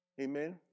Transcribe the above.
Amen